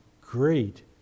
great